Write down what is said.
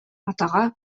атаҕа